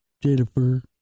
Jennifer